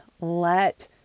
let